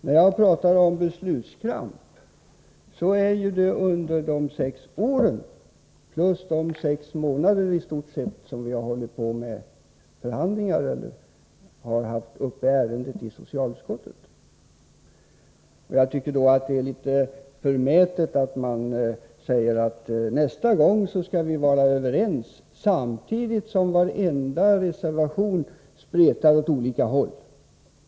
När jag pratar om beslutskramp, avser jag de sex åren med borgerligt styre plus de i stort sett sex månader som vi har hållit på med förhandlingar eller haft ärendet uppe i socialutskottet. Jag tycker att det är litet förmätet av de borgerliga att säga att nästa gång skall man vara överens, samtidigt som reservationerna spretar åt olika håll!